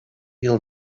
yıl